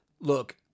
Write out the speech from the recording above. look